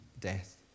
death